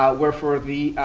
ah we're for the.